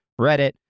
Reddit